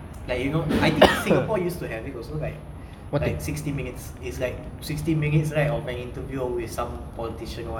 like you know I think singapore used to have it also like like sixty minutes is like sixty minutes of an interview with some politician or what